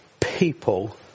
people